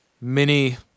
mini